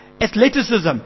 Athleticism